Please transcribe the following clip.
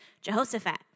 Jehoshaphat